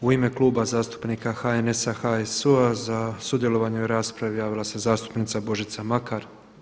U ime Kluba zastupnika HNS-a, HSU-a za sudjelovanje u raspravi javila se zastupnica Božica Makar.